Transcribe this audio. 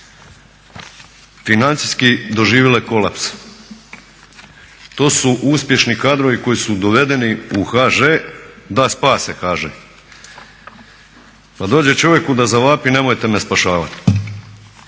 financijski doživjele kolaps. To su uspješni kadrovi koji su dovedeni u HŽ da spase HŽ. Pa dođe čovjeku da zavapi nemojte me spašavati!